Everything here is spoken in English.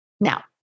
Now